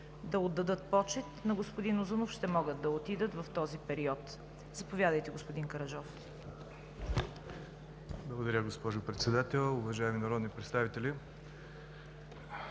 да отдадат почит на господин Узунов, ще могат да отидат в този период. Заповядайте, господин Караджов. ВЕНЦИСЛАВ КАРАДЖОВ: Благодаря, госпожо Председател. Уважаеми народни представители,